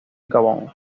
gabón